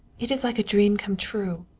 it is like a dream come true.